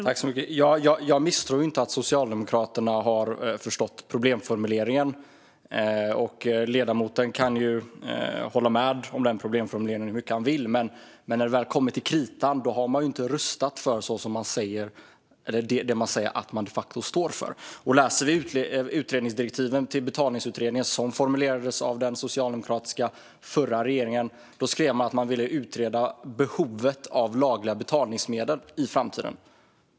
Fru talman! Jag misstror inte att Socialdemokraterna har förstått problemformuleringen. Ledamoten kan hålla med om problemformuleringen hur mycket han vill. Men när det väl kommer till kritan har man inte rustat för det man säger att man de facto står för. I utredningsdirektiven till Betalningsutredningen, vilka formulerades av den socialdemokratiska förra regeringen, skrev man att man ville utreda behovet av lagliga betalningsmedel i framtiden.